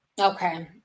Okay